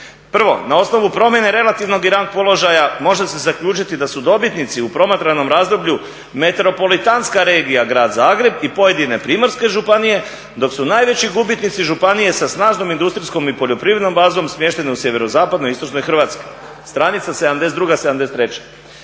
Prvo, na osnovu promjene relativnog i …/Govornik se ne razumije./… položaja može se zaključiti da su dobitnici u promatranom razdoblju metropolitanska regija grad Zagreb i pojedine primorske županije dok su najveći gubitnici županije sa snažnom industrijskom i poljoprivrednom bazom smješteni u sjeverozapadnoj i istočnoj Hrvatskoj, str. 72, 73.